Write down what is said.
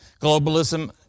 Globalism